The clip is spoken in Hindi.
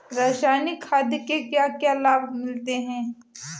रसायनिक खाद के क्या क्या लाभ मिलते हैं?